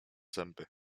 zęby